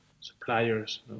suppliers